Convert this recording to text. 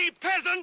peasant